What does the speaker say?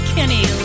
Kenny